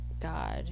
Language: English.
God